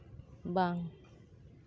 ᱵᱟᱝ